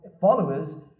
followers